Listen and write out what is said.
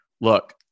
look